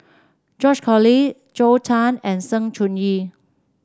George Collyer Zhou Can and Sng Choon Yee